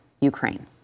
Ukraine